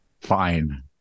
fine